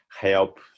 help